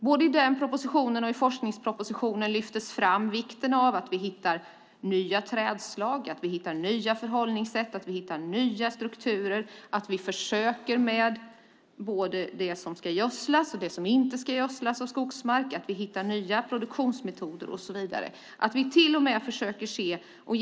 Både i den propositionen och i forskningspropositionen lyftes vikten av att hitta nya trädslag, nya förhållningssätt, nya strukturer och nya produktionsmetoder fram och att vi försöker med både det som ska gödslas och det som inte ska gödslas som skogsmark. Vi ska till och med försöka se hur vi kan hitta nya trädslag med genmodifikation.